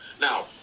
Now